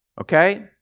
Okay